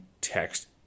text